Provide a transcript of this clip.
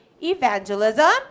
evangelism